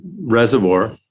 reservoir